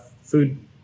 food